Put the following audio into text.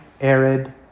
arid